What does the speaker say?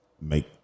make